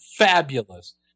Fabulous